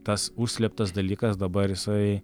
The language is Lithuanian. tas užslėptas dalykas dabar jisai